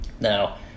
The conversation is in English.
Now